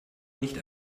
nicht